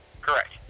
Correct